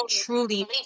truly